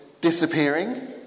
disappearing